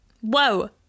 Whoa